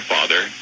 Father